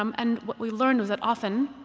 um and what we learned was that often,